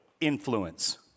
influence